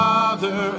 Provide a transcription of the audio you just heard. Father